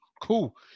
cool